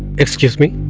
excuse me